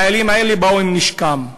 החיילים האלה באו עם נשקם.